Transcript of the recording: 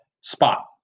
spot